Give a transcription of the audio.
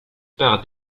par